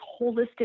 holistic